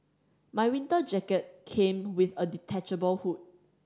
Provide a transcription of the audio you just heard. my winter jacket came with a detachable hood